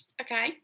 Okay